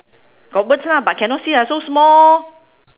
got words lah but cannot see lah so small